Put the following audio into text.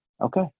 Okay